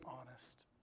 honest